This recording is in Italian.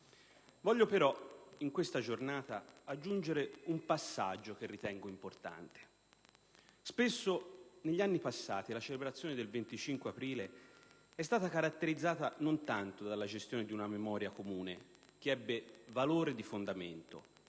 voglio però aggiungere un passaggio che ritengo importante. Spesso negli anni passati la celebrazione del 25 aprile è stata caratterizzata non tanto dalla gestione di una memoria comune che ebbe valore di fondamento,